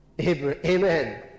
Amen